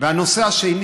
הנושא השני